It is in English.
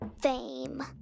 fame